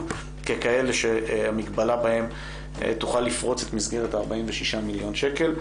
ככאלה שהמגבלה בהם תוכל לפרוץ את מסגרת 46 מיליון שקל,